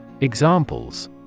Examples